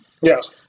Yes